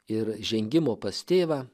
ir žengimo pas tėvą